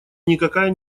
никакая